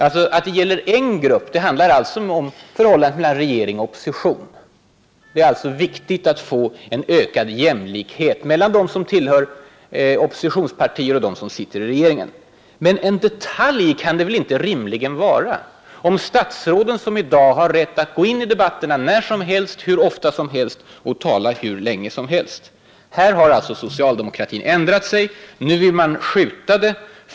” Att det gäller en grupp beror på att det handlar om förhållandet mellan regering och Opposition. Det är viktigt att få en ökad jämlikhet mellan dem som tillhör Oppositionspartier och dem som sitter i regeringen. Men en ”detalj” kan det väl inte vara. Statsråden har i dag rätt att gå in i debatterna när som helst och hur ofta som helst och tala hur länge som helst. Här har alltså socialdemokratin ändrat sig. Nu vill man skjuta på frågan.